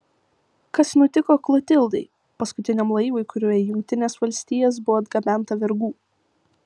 kas nutiko klotildai paskutiniam laivui kuriuo į jungtines valstijas buvo atgabenta vergų